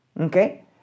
Okay